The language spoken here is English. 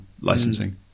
licensing